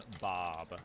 Bob